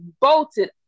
bolted